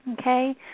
okay